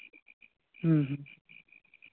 ᱦᱮᱸ ᱦᱮᱸ